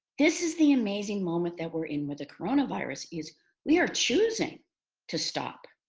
this is the amazing moment that we're in with a corona virus is we are choosing to stop.